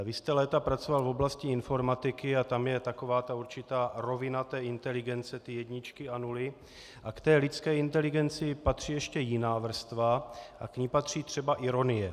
Vy jste léta pracoval v oblasti informatiky a tam je taková ta určitá rovina inteligence jedničky a nuly, a k lidské inteligenci patří ještě jiná vrstva, k ní patří třeba ironie.